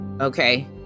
okay